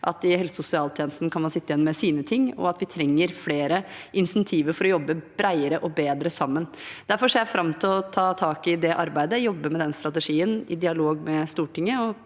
I helse- og sosialtjenesten kan man sitte igjen med sine ting, og de trenger flere insentiver for å jobbe bredere og bedre sammen. Derfor ser jeg fram til å ta tak i det arbeidet, jobbe med den strategien i dialog med Stortinget,